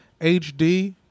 HD